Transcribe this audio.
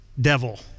devil